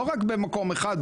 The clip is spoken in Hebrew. לא רק במקום אחד,